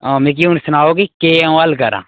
हां मिगी हून सनाओ कि केह् आ'ऊं हल करां